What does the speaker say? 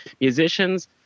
musicians